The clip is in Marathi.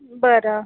बरं